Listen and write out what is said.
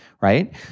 right